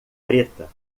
preta